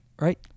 right